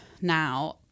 now